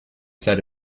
set